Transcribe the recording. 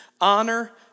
honor